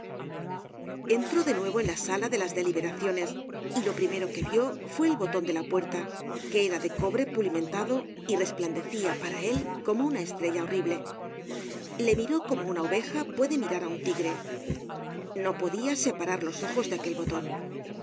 entró de nuevo en la sala de las deliberaciones y lo primero que vió fue el boton de la puerta que era de cobre pulimentado y resplandecia para él como una estrella horrible le miró como una oveja puede mirar á un tigre no podia separar los ojos de aquel boton